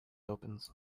opens